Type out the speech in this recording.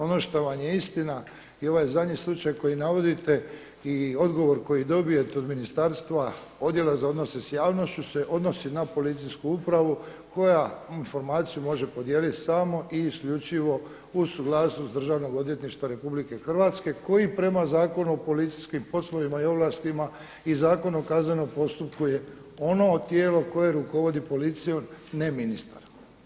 Ono što vam je istina i ovaj zadnji slučaj koji navodite i odgovor koji dobijete od ministarstva, Odjela za odnose s javnošću, se odnosi se na policijsku upravu koja informaciju može podijeliti samo i isključivo uz suglasnost Državnog odvjetništva Republike Hrvatske koji prema Zakonu o policijskim poslovima i ovlastima i Zakonu o kaznenom postupku je ono tijelo koje rukovodi policijom, ne ministar.